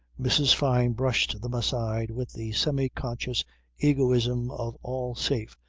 mrs. fyne brushed them aside, with the semi-conscious egoism of all safe,